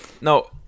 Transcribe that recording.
no